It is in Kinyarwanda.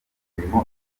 mirimo